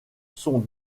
sont